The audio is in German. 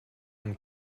man